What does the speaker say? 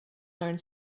learn